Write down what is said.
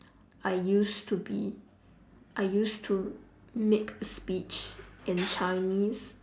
I used to be I used to make a speech in chinese